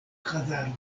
hazardo